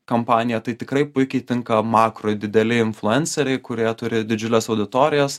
kampanija tai tikrai puikiai tinka makro dideli influenceriai kurie turi didžiules auditorijas